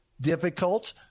Difficult